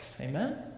Amen